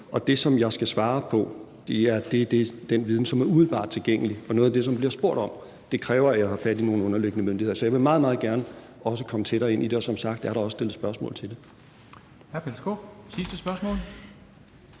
Det, som jeg skal svare på, er den viden, som er umiddelbart tilgængelig, og noget af det, som der bliver spurgt om, kræver, at jeg har fat i nogle underliggende myndigheder. Så jeg vil meget, meget gerne også komme tættere ind i det, og som sagt har jeg da også stillet spørgsmål til det.